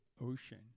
ocean